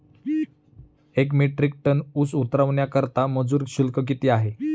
एक metric ton ऊस उतरवण्याकरता मजूर शुल्क किती आहे?